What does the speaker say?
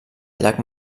llac